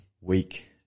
weak